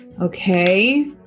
Okay